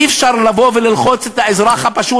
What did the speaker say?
אי-אפשר לבוא וללחוץ את האזרח הפשוט,